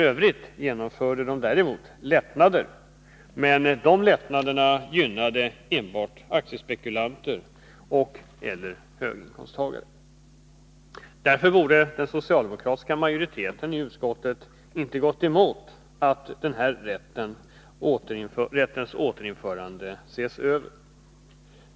De genomförde andra lättnader, men dessa gynnade enbart aktiespekulanter och/eller höginkomsttagare. Därför borde den socialdemokratiska majoriteten i utskottet inte ha gått emot förslaget att frågan om återinförande av den här rätten skall ses över.